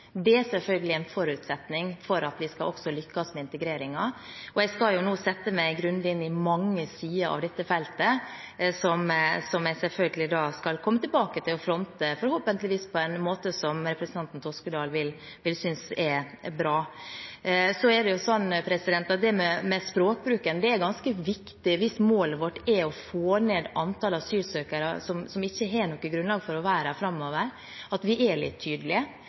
er selvfølgelig en forutsetning for at vi også skal lykkes med integreringen. Jeg skal nå sette meg grundig inn i mange sider av dette feltet, som jeg selvfølgelig skal komme tilbake til og fronte på en måte som forhåpentligvis representanten Toskedal vil synes er bra. Dette med språkbruken er ganske viktig – hvis målet vårt er å få ned antall asylsøkere som ikke har grunnlag for å være her framover – at vi er litt tydelige,